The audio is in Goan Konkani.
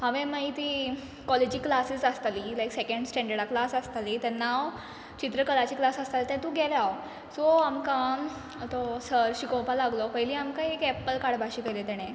हांवें माई ती कॉलेजी क्लासीस आसताली ही लायक सॅकॅण स्टँडडा क्लास आसताली तेन्ना हांव चित्रकलाची क्लास आसताली तेतू गेलें हांव सो आमकां तो सर शिकोवपा लागलो पयली आमकां एक एप्पल काडपा शिकयलें तेणें